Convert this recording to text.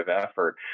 effort